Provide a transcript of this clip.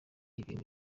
ibintu